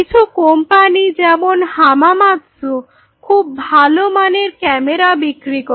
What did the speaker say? কিছু কোম্পানি যেমন হামামাৎসু খুব ভালো মানের ক্যামেরা বিক্রি করে